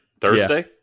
Thursday